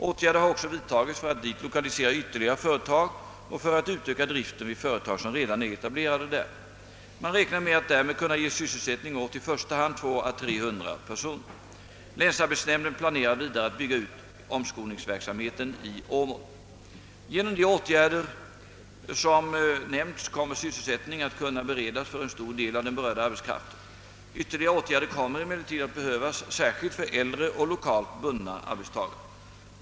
Åtgärder har också vidtagits för att dit lokalisera ytterligare företag och för att utöka driften vid företag som redan är etablerade där. Man räknar med att därmed kunna ge sysselsättning åt i första hand tvåå trehundra personer. Länsarbetsnämnden planerar vidare att bygga ut omskolningsverksamheten i Åmål. Genom de nämnda åtgärderna kommer sysselsättning att kunna beredas för en stor del av den berörda arbetskraften. Ytterligare åtgärder kommer emellertid att behövas, särskilt för äldre och lokalt bundna arbetstagare.